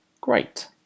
Great